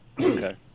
okay